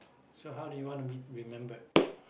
so how do you wanna be remembered